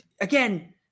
again